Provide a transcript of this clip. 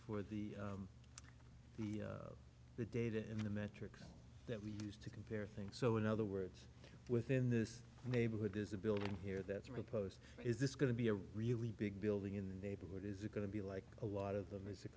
for the the the data in the metrics that we used to compare things so in other words within this neighborhood is a building here that three post is this going to be a really big building in the neighborhood is it going to be like a lot of them is it